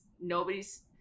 nobody's